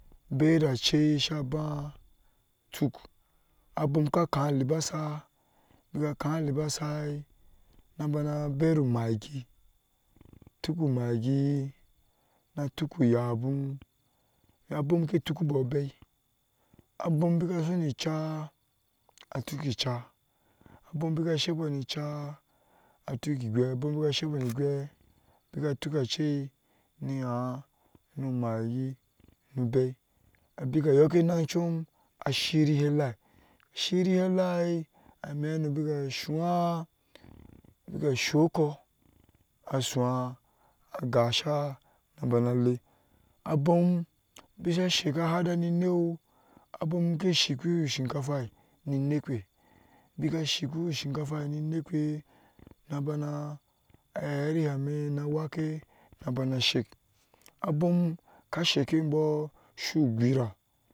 Bera achɛɛ sa bah atuk abom ka kanɛ alibasa beka kamɛ aliba sa na bana bera umagi atuku magi na tuku uya bou abom ke tukuibu bɛ abom beka soni cha ke ukubu cha abom beka saibɔɔ nicha ke tukubu igawi atuku igwai na tuku achɛɛ ni yaŋ ni magi nubɛ abeka yɔɔke nan chum ashirehe alah a shirere alah amihɛ beka soha beka soukoi asoha gasa na bana ale abom beka sa shika sada nine u abom ke shikpihɛ sjinfa nineukpi beka shikpihɛe scikafa ninɛ ukpi na bana ahɛrehe ami tanke na bana shik abom ka shiki ibɔɔ su gwara.